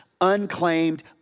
unclaimed